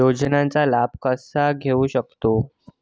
योजनांचा लाभ कसा घेऊ शकतू?